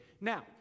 Now